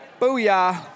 Booyah